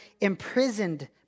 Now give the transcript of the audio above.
imprisoned